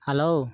hello